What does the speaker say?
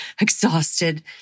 exhausted